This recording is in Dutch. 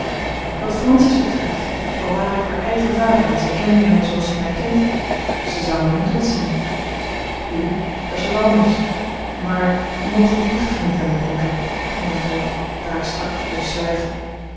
wat francis betreft al ware ik haar eigen vader en zij kende mij zooals zij mij kent ze zou mij niet ontzien u dat's wat anders maar mogelijk hecht gij niet aan de conquête ging hij voort daar ik strak bleef zwijgen